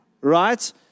right